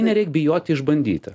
nereik bijoti išbandyti